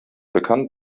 bekannt